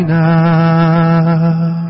now